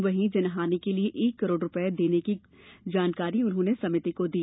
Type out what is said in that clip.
वहीं जनहानि के लिए एक करोड़ रूपये देने की जानकारी उन्होंने समिति को दी